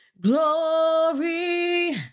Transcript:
glory